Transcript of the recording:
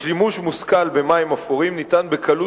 בשימוש מושכל במים אפורים אפשר בקלות